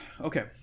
okay